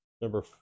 number